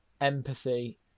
empathy